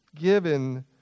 given